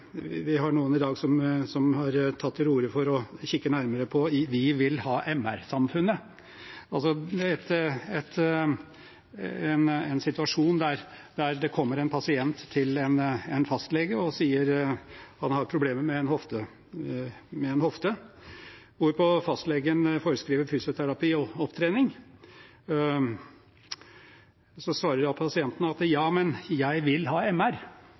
vi i dag har noen som har tatt til orde for å se nærmere på «vi-vil-ha-MR-samfunnet», altså en situasjon der det kommer en pasient til fastlegen og sier at han har problemer med en hofte, hvorpå fastlegen foreskriver fysioterapi og opptrening. Så svarer pasienten at «ja, men jeg vil ha MR»,